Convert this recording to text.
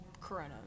Corona